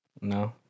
No